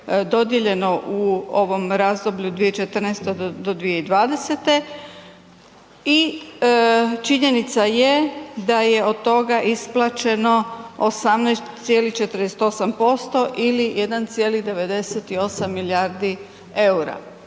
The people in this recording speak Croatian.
dodijeljeno u ovom razdoblju 2014. do 2020. i činjenica je da je od toga isplaćeno 18,48% ili 1,98 milijardi EUR-a.